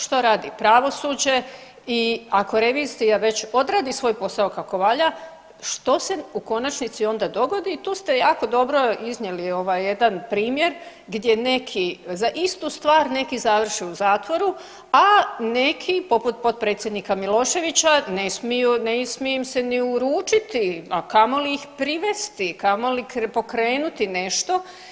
Što radi pravosuđe i ako revizija već odradi svoj posao kako valja što se u konačnici onda dogodi i tu ste jako dobro iznijeli jedan primjer gdje neki za istu stvar neki završe u zatvoru, a neki poput potpredsjednika Miloševića ne smije im se ni uručiti, a kamoli ih privesti, kamoli pokrenuti nešto.